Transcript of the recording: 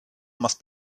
must